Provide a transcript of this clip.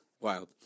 wild